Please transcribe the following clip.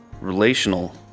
relational